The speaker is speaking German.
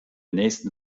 nächsten